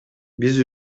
биз